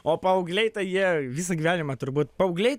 o paaugliai tai jie visą gyvenimą turbūt paaugliai